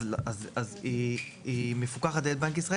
אז היא נכנסת לפיקוח של בנק ישראל